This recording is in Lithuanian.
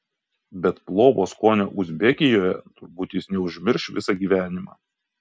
bet plovo skonio uzbekijoje turbūt jis neužmirš visą gyvenimą